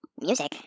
music